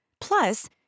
plus